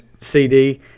CD